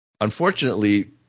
Unfortunately